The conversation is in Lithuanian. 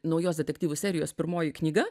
naujos detektyvų serijos pirmoji knyga